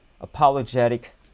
apologetic